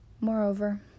Moreover